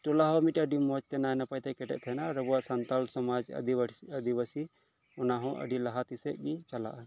ᱴᱚᱞᱟ ᱦᱚᱸ ᱢᱤᱫ ᱴᱮᱱ ᱟᱰᱤ ᱢᱚᱸᱡᱽ ᱛᱮ ᱱᱟᱭ ᱱᱟᱯᱟᱭ ᱛᱮ ᱠᱮᱴᱮᱡ ᱛᱟᱦᱮᱱᱟ ᱟᱨ ᱟᱵᱚ ᱥᱟᱱᱛᱟᱲ ᱥᱚᱢᱟᱡᱽ ᱟᱫᱤᱵᱟᱥᱤ ᱟᱫᱤᱵᱟᱥᱤ ᱚᱱᱟ ᱦᱚᱸ ᱟᱰᱤ ᱞᱟᱦᱟᱱᱛᱤ ᱥᱮᱫ ᱜᱮ ᱪᱟᱞᱟᱜᱼᱟ